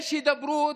יש הידברות,